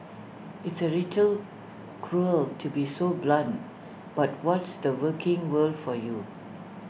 it's A little cruel to be so blunt but what's the working world for you